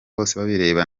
bosebabireba